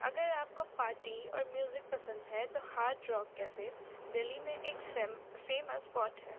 اگر آپ کو پارٹی اور میوزک پسند ہے تو ہارڈ راک کیفے دلی میں ایک فیمس اسپاٹ ہے